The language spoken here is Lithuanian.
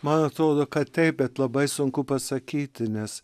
man atrodo kad taip bet labai sunku pasakyti nes